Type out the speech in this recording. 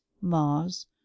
mars